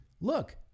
look